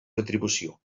retribució